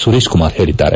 ಸುರೇಶ್ ಕುಮಾರ್ ಹೇಳಿದ್ದಾರೆ